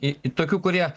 į tokių kurie